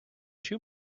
two